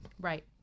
Right